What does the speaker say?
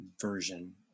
version